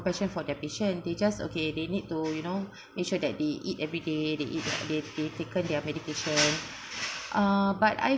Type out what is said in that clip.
compassion for their patient they just okay they need to you know make sure that they eat every day they eat uh they they taken their medication uh but I